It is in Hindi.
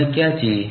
हमें क्या चाहिए